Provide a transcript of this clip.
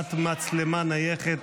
להפעלת מצלמה נייחת